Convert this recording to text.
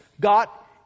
got